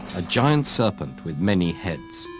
a giant serpent with many heads.